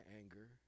anger